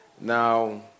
Now